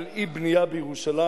על אי-בנייה בירושלים.